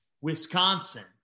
Wisconsin –